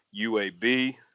UAB